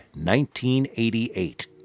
1988